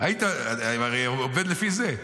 אני עובד לפי זה.